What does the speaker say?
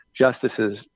justices